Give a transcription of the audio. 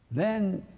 then,